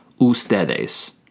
Ustedes